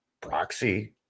proxy